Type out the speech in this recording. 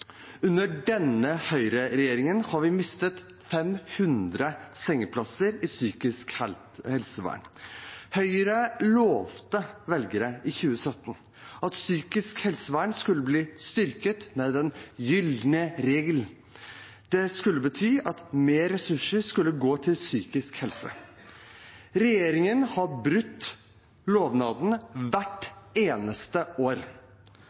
Under denne høyreregjeringen har vi mistet 500 sengeplasser i psykisk helsevern. Høyre lovte velgerne i 2017 at psykisk helsevern skulle bli styrket med den gylne regel. Det skulle bety at mer ressurser skulle gå til psykisk helse. Regjeringen har brutt lovnaden hvert eneste år.